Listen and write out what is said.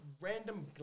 random